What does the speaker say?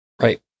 Right